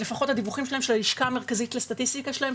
לפחות לפי הדיווחים שלהם מהלשכה המרכזית לסטטיסטיקה שלהם,